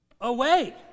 Away